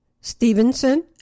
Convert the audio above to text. Stevenson